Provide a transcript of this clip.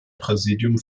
präsidium